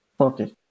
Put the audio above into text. Okay